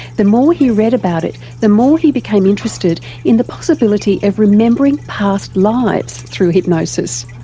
the more he read about it the more he became interested in the possibility of remembering past lives through hypnosis.